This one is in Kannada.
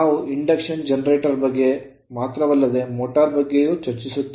ನಾವು ಇಂಡಕ್ಷನ್ ಜನರೇಟರ್ ಬಗ್ಗೆ ಮಾತ್ರವಲ್ಲದೆ ಮೋಟರ್ ಬಗ್ಗೆಯೂ ಚರ್ಚಿಸುತ್ತೇವೆ